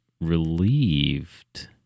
relieved